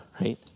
right